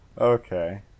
Okay